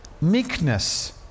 meekness